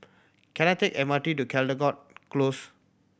can I take M R T to Caldecott Close